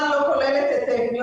ראיתם לנכון לעשות את זה,